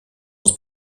aus